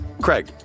Craig